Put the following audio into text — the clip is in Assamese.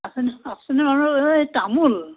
আছেনে আছেনে বাৰু এই তামোল